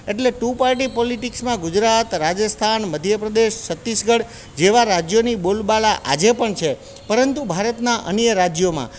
એટલે two party પોલિટીક્સમાં ગુજરાત રાજસ્થાન મધ્ય પ્રદેશ છત્તીસગઢ જેવા રાજ્યોની બોલબાલા આજે પણ છે પરંતુ ભારતના અન્ય રાજ્યોમાં